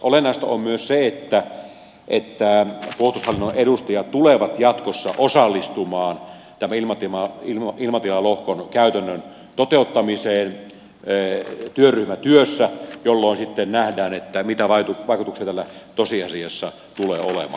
olennaista on myös se että puolustushallinnon edustajat tulevat jatkossa osallistumaan tämän ilmatilalohkon käytännön toteuttamiseen työryhmätyössä jolloin sitten nähdään mitä vaikutuksia tällä tosiasiassa tulee olemaan